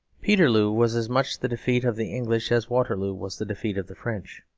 peterloo was as much the defeat of the english as waterloo was the defeat of the french.